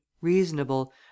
reasonable